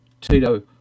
Tito